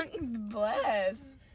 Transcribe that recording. Bless